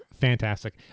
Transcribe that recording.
fantastic